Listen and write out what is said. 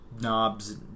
knobs